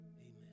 Amen